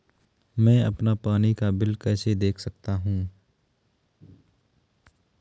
मैं अपना पानी का बिल कैसे देख सकता हूँ?